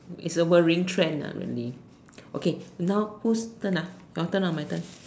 it's a worrying trend ah really okay now who's turn ah your turn or my turn